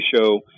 show